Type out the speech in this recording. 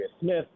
Smith